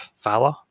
Valor